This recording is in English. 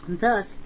Thus